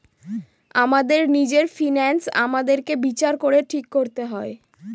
আমাদের নিজের ফিন্যান্স আমাদেরকে বিচার করে ঠিক করতে হয়